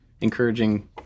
encouraging